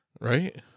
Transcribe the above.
Right